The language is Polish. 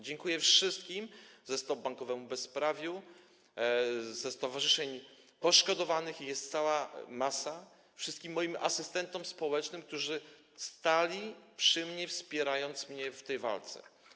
Dziękuję wszystkim ze Stowarzyszenia Stop Bankowemu Bezprawiu, ze stowarzyszeń poszkodowanych, ich jest cała masa, wszystkim moim asystentom społecznym, którzy stali przy mnie, wspierając mnie w tej walce.